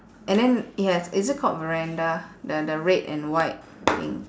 and then it has is it called the the red and white thing